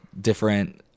different